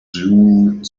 dune